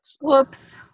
Whoops